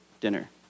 dinner